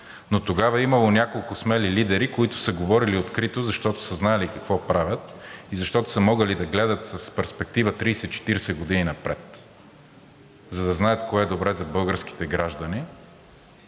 но тогава е имало няколко смели лидери, които са говорили открито, защото са знаели какво правят и защото са могли да гледат с перспектива 30 – 40 години напред, за да знаят кое е добре за българските граждани,